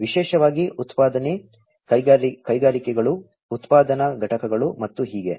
ವಿಶೇಷವಾಗಿ ಉತ್ಪಾದನೆ ಕೈಗಾರಿಕೆಗಳು ಉತ್ಪಾದನಾ ಘಟಕಗಳು ಮತ್ತು ಹೀಗೆ